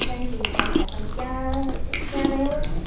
twenty છે અચ્છા તમે ક્યાં ક્યાં રહો છો